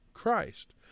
Christ